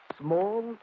small